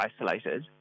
isolated